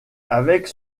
avec